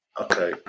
Okay